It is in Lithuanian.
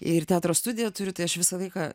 ir teatro studiją turiu tai aš visą laiką